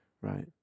right